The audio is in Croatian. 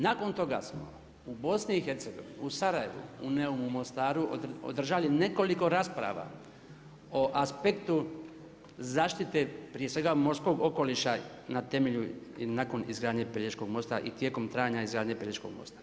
Nakon toga smo u BiH, u Sarajevu, u Neumu, u Mostaru održali nekoliko rasprava o aspektu zaštite prije svega morskog okoliša na temelju i nakon izgradnje Pelješkog mosta i tijekom trajanja izgradnje Pelješkog mosta.